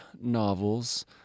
novels